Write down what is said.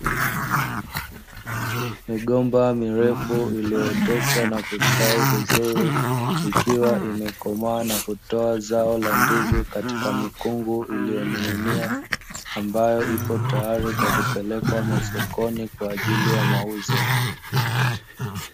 Migomba mirefu iliyooteshwa na kustawi vizuri ikiwa imekomaa na kutoa zao la ndizi katika mikungu iliyoning'inia, ambayo ipo tayari kwa kupelekwa masokoni kwa ajili ya mauzo.